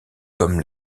comme